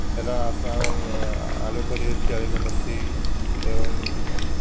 यदा अस्माकम् आलोपदी इत्यादिकम् अस्ति एवं